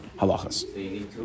halachas